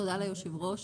תודה ליושב-ראש